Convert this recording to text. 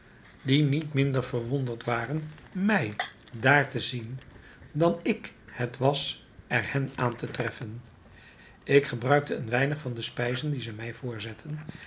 die niet minder verwonderd waren mij daar te zien dan ik het was er hen aan te treffen ik gebruikte een weinig van de spijzen die zij mij voorzetten